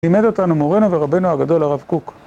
לימד אותנו מורנו ורבינו הגדול הרב קוק.